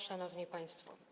Szanowni Państwo!